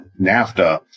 NAFTA